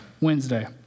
Wednesday